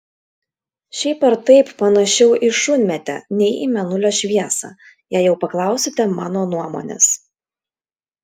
šiaip ar taip panašiau į šunmėtę nei į mėnulio šviesą jei jau paklausite mano nuomonės